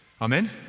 Amen